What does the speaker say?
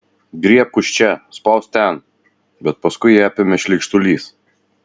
griebk už čia spausk ten bet paskui jį apėmė šleikštulys